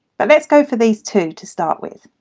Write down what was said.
but let's go for these two to start with.